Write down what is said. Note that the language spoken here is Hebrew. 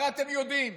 הרי אתם יודעים,